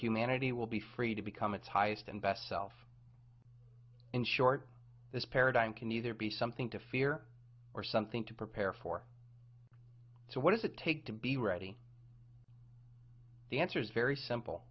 humanity will be free to become its highest and best self in short this paradigm can either be something to fear or something to prepare for so what does it take to be ready the answer is very simple